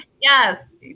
Yes